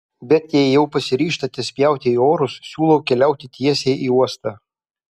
bet jei jau pasiryžtate spjauti į orus siūlau keliauti tiesiai į uostą